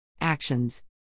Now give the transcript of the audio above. Actions